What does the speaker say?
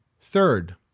Third